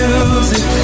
Music